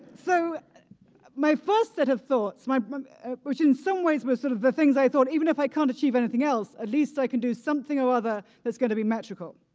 so my first set of thoughts, which in some ways were sort of the things i thought, even if i can't achieve anything else, at least i can do something or other that's going to be magical.